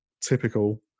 typical